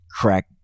crack